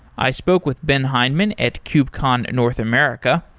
i spoke with ben hindman at kubecon north america.